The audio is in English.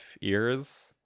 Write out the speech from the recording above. ears